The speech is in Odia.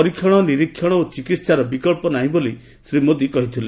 ପରୀକ୍ଷଣ ନିରୀକ୍ଷଣ ଓ ଚିକିତ୍ସାର ବିକ୍ସ ନାହିଁ ବୋଲି ଶ୍ରୀ ମୋଦୀ କହିଥିଲେ